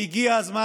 והגיע הזמן,